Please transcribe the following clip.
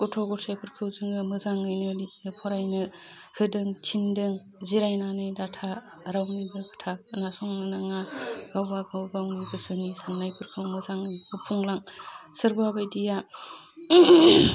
गथ' गथाइफोरखौ जोङो मोजाङैनो लितनो फरायनो होदों थिनदों जिरायनानै दाथा रावनिबो खोथा खोनासंनो नाङा गावबागाव गावनि गोसोनि साननायफोरखौ मोजाङै हुफुंलां सोरबा बायदिया